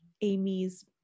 Amy's